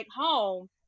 home